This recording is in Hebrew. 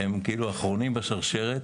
כאילו האחרונים בשרשרת.